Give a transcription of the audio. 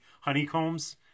honeycombs